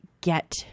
get